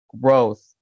growth